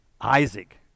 Isaac